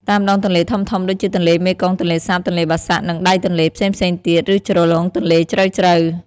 តាមដងទន្លេធំៗ ដូចជាទន្លេមេគង្គ ទន្លេសាប ទន្លេបាសាក់ និងដៃទន្លេផ្សេងៗទៀត ឬជ្រលងទន្លេជ្រៅៗ។